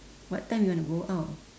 what time you want to go out